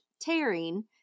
tearing